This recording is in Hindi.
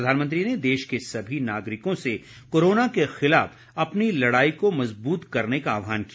प्रधानमंत्री ने देश के सभी नागरिकों से कोरोना के खिलाफ अपनी लड़ाई को मज़बूत करने का आह्वान किया